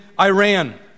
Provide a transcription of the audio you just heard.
Iran